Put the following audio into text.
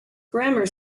grammar